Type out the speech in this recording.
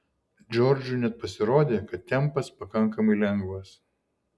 džordžui net pasirodė kad tempas pakankamai lengvas